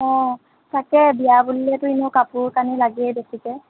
অঁ তাকে বিয়া বুলিলেতো এনেও কাপোৰ কানি লাগেই বেছিকৈ